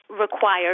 required